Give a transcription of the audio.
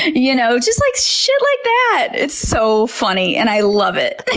ya know, just like shit like that. it's so funny and i love it!